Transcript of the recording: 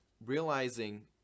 realizing